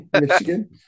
Michigan